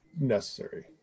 necessary